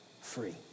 free